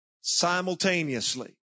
simultaneously